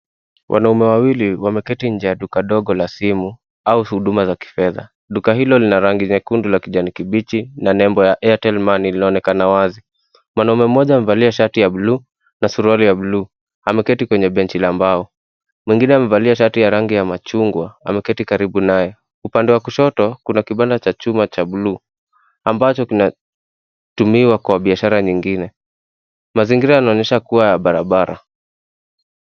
Wanaume wawili wameketi nje ya duka dogo la simu au huduma za kifedha. Duka hilo lina rangi nyekundu na kijani kibichi na nembo ya Airtel money linaonekana wazi. Mwanaume mmoja amevaa shati ya blue na suruali ya blue , ameketi kwenye benchi ya bao. Mwingine amevaa shati ya rangi ya machungwa, ameketi karibu naye. Upande wa kushoto kuna kibanda cha chuma cha blue ambacho kinatumiwa kwa biashara nyingine. Mazingira yanaonyesha kuwa ya barabara.